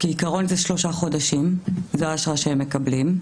כעיקרון זה שלושה חודשים, זה האשרה שהם מקבלים.